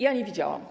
Ja nie widziałam.